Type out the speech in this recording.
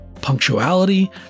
punctuality